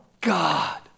God